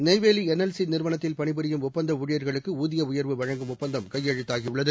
Neyveli NLC நிறுவனத்தில் பணிபுரியும் ஒப்பந்த ஊழியர்களுக்கு ஊதிய உயர்வு வழங்கும் ஒப்பந்தம் கையெழுத்தாகியுள்ளது